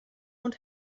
und